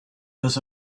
does